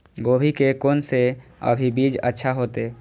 गोभी के कोन से अभी बीज अच्छा होते?